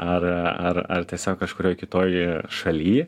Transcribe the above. ar ar ar tiesiog kažkurioje kitoj šaly